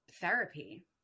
therapy